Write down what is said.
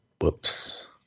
Whoops